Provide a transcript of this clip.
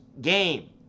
game